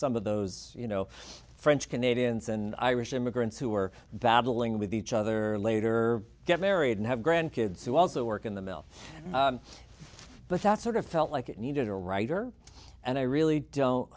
some of those you know french canadians and irish immigrants who are battling with each other later get married and have grandkids who also work in the mill but that sort of felt like it needed a writer and i really don't